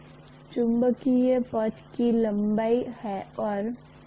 तो यह आपके सभी चुंबकीय सर्किट गणनाओं में बार बार उपयोग किया जाएगा